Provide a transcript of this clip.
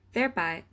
Thereby